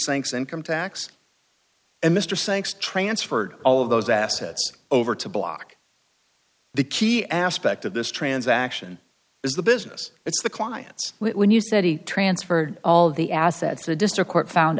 thanks income tax and mr sakes transferred all of those assets over to block the key aspect of this transaction is the business it's the clients when you said he transferred all the assets the district court found